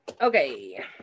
Okay